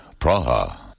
Praha